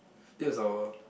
this is our